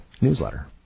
newsletter